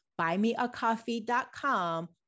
buymeacoffee.com